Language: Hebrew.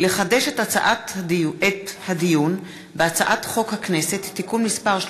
הצעת חוק חינוך ממלכתי (תיקון,